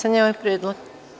ovaj predlog.